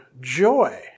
joy